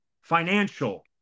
financial